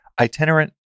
Itinerant